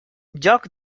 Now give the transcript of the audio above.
joc